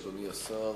אדוני השר,